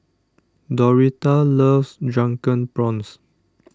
Doretha loves Drunken Prawns